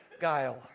guile